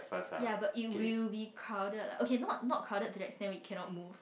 yeah but it will be crowded lah okay not not crowded to the extent we cannot move